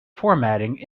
formatting